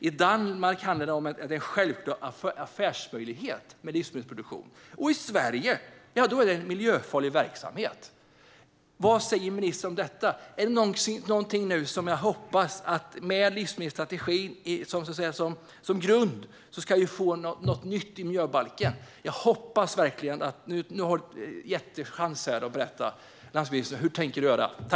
I Danmark handlar livsmedelsproduktion om att det är en självklar affärsmöjlighet. I Sverige är det en miljöfarlig verksamhet. Vad säger ministern om detta? Jag hoppas att vi med livsmedelsstrategin som grund ska få något nytt i miljöbalken. Nu har ministern en jättechans att berätta hur han tänker göra.